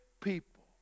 people